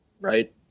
right